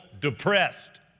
depressed